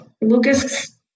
Lucas